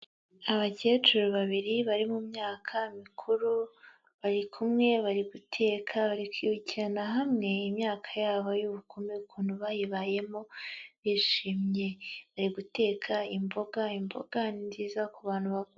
Abakecuru babiri bari mu myaka mikuru, bari kumwe bari guteka, bari kwibukirana hamwe imyaka yabo y'ubukumi ukuntu bayibayemo bishimye, bari guteka imboga, imboga ni nziza ku bantu baku...